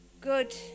Good